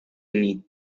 ini